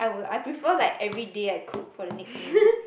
I would I prefer like everyday I cook for the next meal